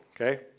okay